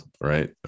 right